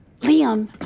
Liam